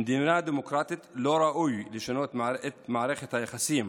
במדינה דמוקרטית לא ראוי לשנות את מערכת היחסים